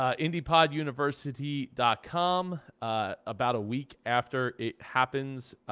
ah and padd university dot com about a week after it happens.